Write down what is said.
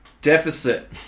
deficit